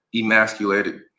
emasculated